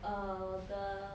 err 我的